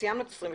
סיימנו את פרק